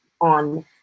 on